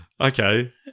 okay